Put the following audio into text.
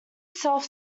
self